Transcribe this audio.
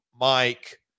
Mike